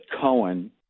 Cohen